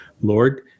Lord